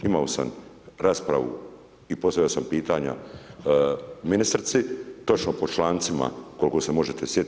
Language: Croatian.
Imao sam raspravu i postavio sam pitanja ministrici točno po člancima koliko se možete sjetiti.